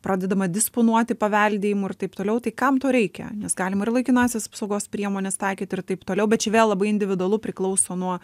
pradedama disponuoti paveldėjimu ir taip toliau tai kam to reikia nes galima ir laikinąsias apsaugos priemones taikyt ir taip toliau bet čia vėl labai individualu priklauso nuo